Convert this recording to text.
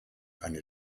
eine